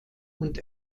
und